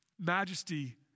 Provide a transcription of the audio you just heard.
majesty